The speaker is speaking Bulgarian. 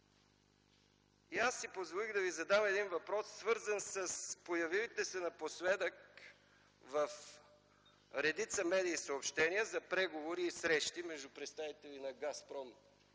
Аз си позволих да Ви задам един въпрос, свързан с появилите се напоследък в редица медии съобщения, за преговори и срещи между представители на „Газпром”